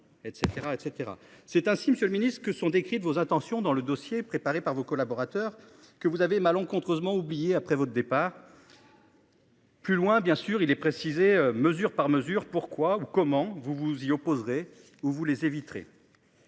C'est ainsi, Monsieur le Ministre, que sont décrites vos intentions dans le dossier préparé par vos collaborateurs que vous avez malencontreusement oubliés après votre départ. Plus loin, bien sûr, il est précisé mesure par mesure pourquoi ou comment vous vous y opposerait vous les éviterez.